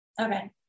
Okay